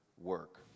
work